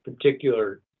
particular